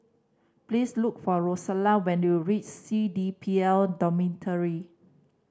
please look for Rosella when you reach C D P L Dormitory